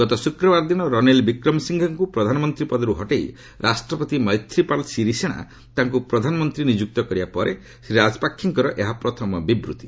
ଗତ ଶୁକ୍ରବାର ଦିନ ରଣୀଲ ବିକ୍ରମ ସିଂଘେଙ୍କୁ ପ୍ରଧାନମନ୍ତ୍ରୀ ପଦରୁ ହଟେଇ ରାଷ୍ଟ୍ରପତି ମୈଥ୍ରୀପାଳ ଶିରିସେଣା ତାଙ୍କୁ ପ୍ରଧାନମନ୍ତ୍ରୀ ନିଯୁକ୍ତ କରିବା ପରେ ଶ୍ରୀ ରାଜପାକ୍ଷେଙ୍କର ଏହା ପ୍ରଥମ ବିବୃତ୍ତି